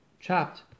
chopped